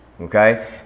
okay